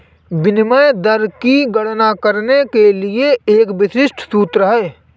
विनिमय दर की गणना करने के लिए एक विशिष्ट सूत्र है